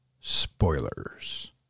spoilers